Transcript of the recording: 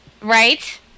Right